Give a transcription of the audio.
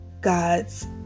God's